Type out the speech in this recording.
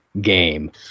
game